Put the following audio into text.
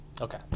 Okay